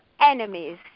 enemies